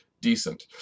decent